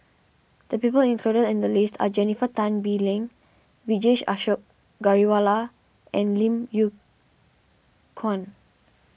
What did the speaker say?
the people included in the list are Jennifer Tan Bee Leng Vijesh Ashok Ghariwala and Lim Yew Kuan